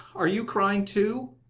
are you crying too?